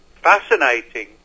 fascinating